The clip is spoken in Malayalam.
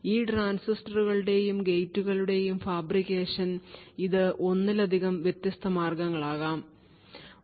ഈ ട്രാൻസിസ്റ്ററുകളുടെയും ഗേറ്റുകളുടെയും ഫാബ്രിക്കേഷൻ അത് ഒന്നിലധികം വ്യത്യസ്ത മാർഗങ്ങളാകാം